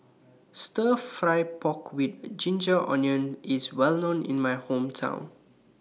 Stir Fry Pork with Ginger Onions IS Well known in My Hometown